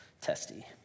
testy